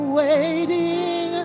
waiting